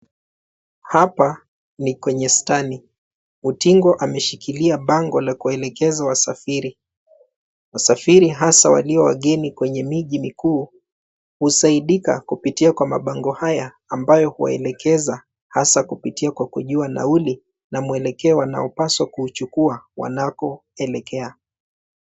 Hapa ni kwenye stani. Utingo ameshikilia bango la kuwaelekeza wasafiri. Wasafiri hasa walio wageni kwenye miji mikuu husaidika kupitia kwa mabango haya ambayo huwaelekeza hasa kupitia kwa kujua nauli na mwelekeo wanaopaswa kuuchukua wanakoelekea.